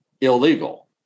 illegal